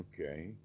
Okay